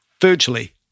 virtually